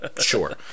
Sure